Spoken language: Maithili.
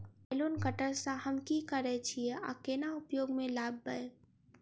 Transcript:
नाइलोन कटर सँ हम की करै छीयै आ केना उपयोग म लाबबै?